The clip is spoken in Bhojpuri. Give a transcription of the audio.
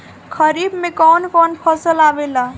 खरीफ में कौन कौन फसल आवेला?